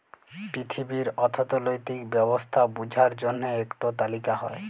পিথিবীর অথ্থলৈতিক ব্যবস্থা বুঝার জ্যনহে ইকট তালিকা হ্যয়